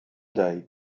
day